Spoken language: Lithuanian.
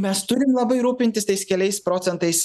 mes turim labai rūpintis tais keliais procentais